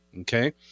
Okay